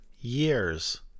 years